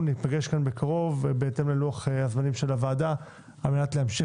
ניפגש בקרוב בהתאם ללוח הזמנים של הוועדה כדי להמשיך